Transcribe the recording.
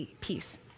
peace